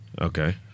Okay